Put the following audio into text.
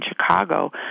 Chicago